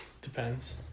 Depends